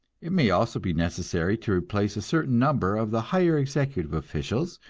it may also be necessary to replace a certain number of the higher executive officials,